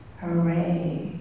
hooray